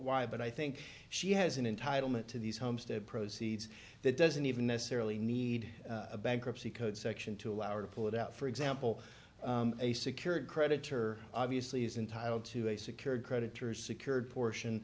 why but i think she hasn't entitle me to these homestead proceeds that doesn't even necessarily need a bankruptcy code section to allow her to put out for example a secured creditor obviously is entitle to a secured creditors secured portion